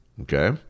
Okay